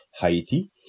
Haiti